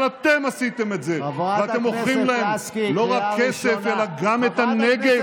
אבל אתם עשיתם את זה ואתם מוכרים להם לא רק כסף אלא גם את הנגב,